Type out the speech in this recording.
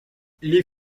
les